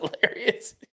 hilarious